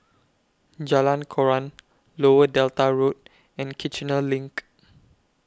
Jalan Koran Lower Delta Road and Kiichener LINK